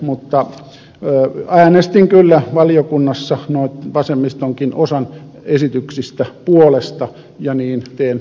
mutta äänestin kyllä valiokunnassa osan vasemmistonkin esityksistä puolesta ja niin teen jatkossakin